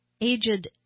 aged